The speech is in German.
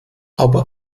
aber